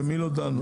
במי לא דנו?